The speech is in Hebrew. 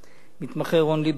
והמתמחה רון ליברמן,